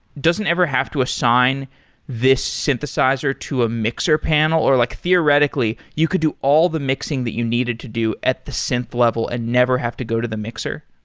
doesn't ever have to assign this synthesizer to a mixer panel? like, theoretically, you could do all the mixing that you needed to do at the synth level and never have to go to the mixer?